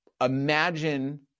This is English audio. Imagine